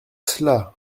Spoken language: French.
cela